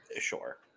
Sure